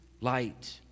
light